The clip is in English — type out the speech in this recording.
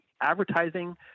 advertising